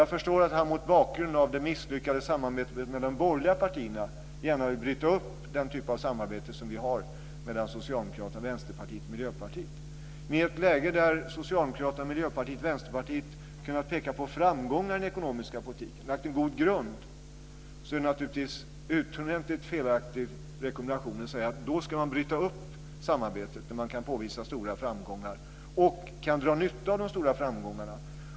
Jag förstår att det är mot bakgrund av det misslyckade samarbetet mellan de borgerliga partierna som han gärna vill bryta upp den typ av samarbete som vi har mellan Socialdemokraterna, Vänsterpartiet och Miljöpartiet. I ett läge där Socialdemokraterna, Miljöpartiet och Vänsterpartiet har kunnat peka på framgångar i den ekonomiska politiken och lagt en god grund är det naturligtvis en utomordentligt felaktig rekommendation till oss att bryta upp vårt samarbete. Vi kan också dra nytta av de stora framgångarna.